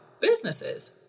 businesses